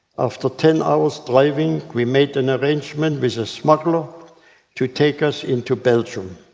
after ten hours driving, we made an arrangement with a smuggler to take us into belgium.